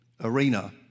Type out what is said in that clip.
arena